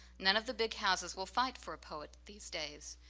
none of the big houses will fight for a poet these days.